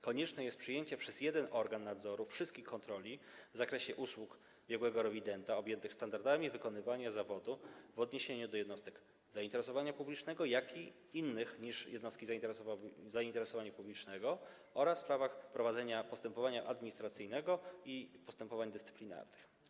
Konieczne jest przejęcie przez jeden organ nadzoru wszystkich kontroli w zakresie usług biegłego rewidenta objętych standardami wykonywania zawodu zarówno w odniesieniu do jednostek zainteresowania publicznego, jak i jednostek innych niż jednostki zainteresowania publicznego oraz prowadzenia postępowań administracyjnych i postępowań dyscyplinarnych.